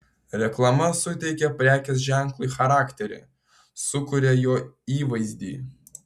reklama suteikia prekės ženklui charakterį sukuria jo įvaizdį